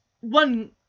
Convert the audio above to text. one